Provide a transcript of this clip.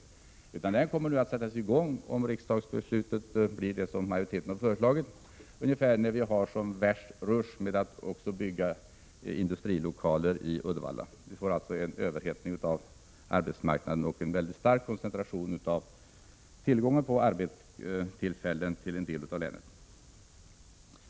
Detta motorvägsbygge kommer nu att sättas i gång, om riksdagsbeslutet blir det som majoriteten har föreslagit, ungefär vid samma tid som vi har den värsta rushen när den gäller att bygga industrilokaler i Uddevalla. Vi får alltså en överhettning av arbetsmarknaden och en mycket stark koncentration av tillgången på arbetstillfällen till en del av länet.